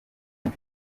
ico